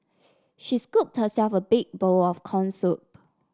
she scooped herself a big bowl of corn soup